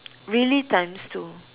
really times two